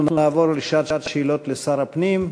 אנחנו נעבור לשעת שאלות לשר הפנים.